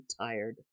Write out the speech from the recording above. tired